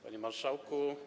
Panie Marszałku!